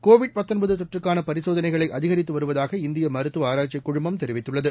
கோவிட்டி தொற்றுக்கான பரிசோதனைகளை அதிகரித்து வருவதாக இந்திய மருத்துவ ஆராய்ச்சிக் கழகம் தெரிவித்துள்ளது